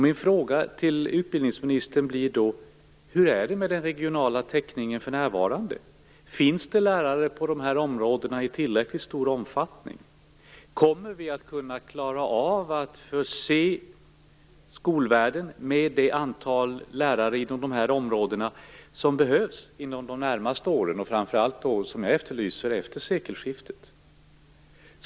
Min fråga till utbildningsministern blir då: Hur är det med den regionala täckningen för närvarande? Finns det lärare på de här områdena i tillräckligt stor omfattning? Kommer vi att kunna förse skolvärlden med det antal lärare som behövs inom de här områdena inom de närmaste åren, framför allt, som jag efterlyst, efter sekelskiftet?